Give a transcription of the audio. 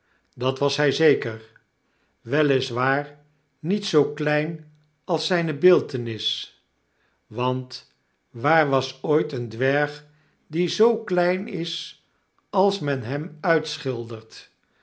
dat was hy zeker wei is waar niet zoo klein als zijne beeltenis want waar was ooit een dwerg die zoo klein is als men hem uitschildert